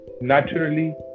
naturally